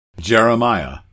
Jeremiah